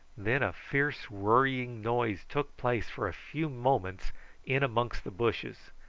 then a fierce worrying noise took place for a few moments in amongst the bushes,